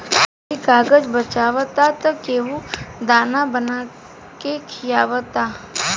कोई कागज बचावता त केहू दाना बना के खिआवता